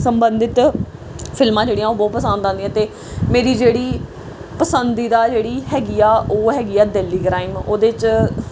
ਸੰਬੰਧਿਤ ਫਿਲਮਾਂ ਜਿਹੜੀਆਂ ਉਹ ਬਹੁਤ ਪਸੰਦ ਆਉਂਦੀਆਂ ਅਤੇ ਮੇਰੀ ਜਿਹੜੀ ਪਸੰਦੀਦਾ ਜਿਹੜੀ ਹੈਗੀ ਆ ਉਹ ਹੈਗੀ ਆ ਦਿੱਲੀ ਕ੍ਰਾਈਮ ਉਹਦੇ 'ਚ